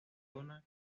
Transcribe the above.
una